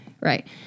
Right